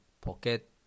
pocket